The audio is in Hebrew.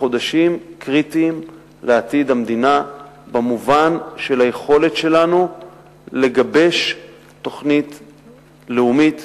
כחודשים קריטיים לעתיד המדינה במובן של היכולת שלנו לגבש תוכנית לאומית,